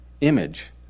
image